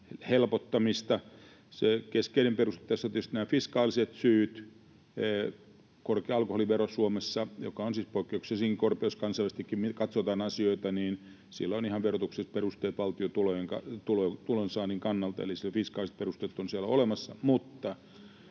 vastustetaan. Se keskeinen peruste tässä tietysti on nämä fiskaaliset syyt. Korkealle alkoholiverolle Suomessa, joka on siis poikkeuksellisenkin korkea, jos kansainvälisestikin katsotaan asioita, on ihan verotukselliset perusteet valtion tulonsaannin kannalta, eli fiskaaliset perusteet ovat siellä olemassa.